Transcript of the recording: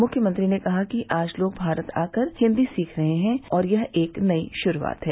मूख्यमंत्री ने कहा कि आज लोग भारत आकर हिन्दी सीख रहे हैं और यह एक नयी शुरूआत है